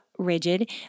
rigid